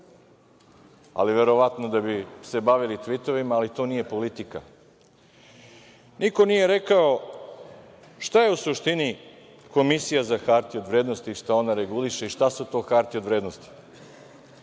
ali verovatno da bi se bavili tvitovima, ali to nije politika. Niko nije rekao šta je u suštini Komisija za hartije od vrednosti i šta ona reguliše i šta su to hartije od vrednosti.